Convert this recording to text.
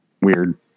weird